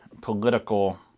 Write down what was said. political